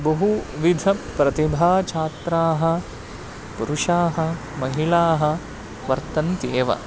बहुविध प्रतिभाा छात्राः पुरुषाः महिलाः वर्तन्त्येव